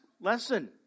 lesson